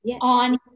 on